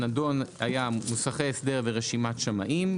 הנדון היה מוסכי הסדר ורשימת שמאים,